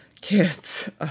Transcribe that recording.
kids